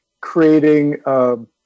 creating